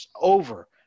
over